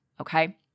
okay